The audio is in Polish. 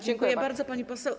Dziękuję bardzo, pani poseł.